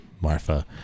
Marfa